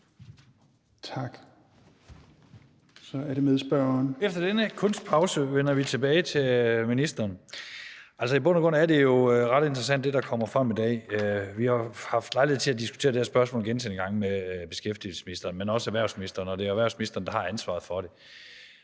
Efter denne kunstpause vender vi tilbage til ministeren. Altså, i bund og grund er det, der kommer frem i dag, jo ret interessant. Vi har haft lejlighed til at diskutere det her spørgsmål gentagne gange med beskæftigelsesministeren, men også med erhvervsministeren, og det er erhvervsministeren, der har ansvaret for det.